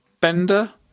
Bender